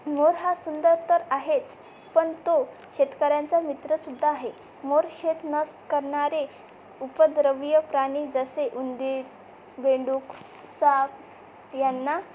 मोर हा सुंदर तर आहेच पण तो शेतकऱ्यांचा मित्रसुद्धा आहे मोर शेत नस्स करणारे उपद्रवीय प्राणी जसे उंदीर बेडूक साप यांना